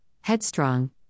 headstrong